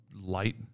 light